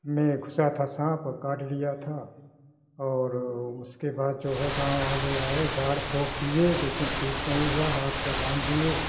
में घुसा था सांप काट लिया था और उसके बाद जो है गाँव वाले आए झाड़ फूंक किए लेकिन ठीक नहीं हुआ हाथ को बांध दिए